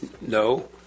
No